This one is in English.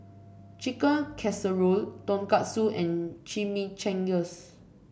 Chicken Casserole Tonkatsu and Chimichangas